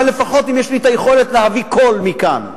אבל לפחות אם יש לי היכולת להביא קול מכאן,